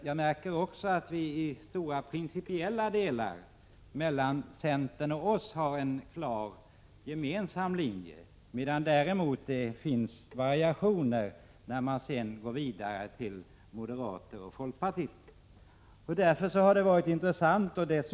Jag märker också att det i stora, principiella delar mellan centern och oss socialdemokrater finns en klar gemensam linje. Däremot finns det variationer när man går vidare till moderater och folkpartister. Därför har det varit intressant att lyssna på debatten.